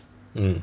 mm